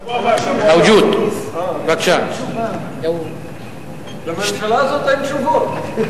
רק לתשומת לבה של הנשיאות, אם כבר תהיה